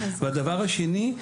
הדבר השני,